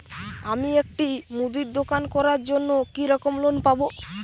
আমি একটি মুদির দোকান করার জন্য কি রকম লোন পাব?